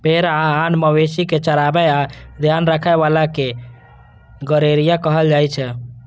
भेड़ आ आन मवेशी कें चराबै आ ध्यान राखै बला कें गड़ेरिया कहल जाइ छै